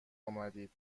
آمدید